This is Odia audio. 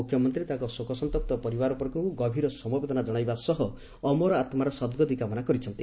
ମୁଖ୍ୟମନ୍ତୀ ତାଙ୍ଙ ଶୋକସନ୍ତପ୍ତ ପରିବାରବର୍ଗଙ୍କୁ ଗଭୀର ସମବେଦନା ଜଶାଇବା ସହ ଅମର ଆତ୍କାର ସଦ୍ଗତି କାମନା କରିଛନ୍ତି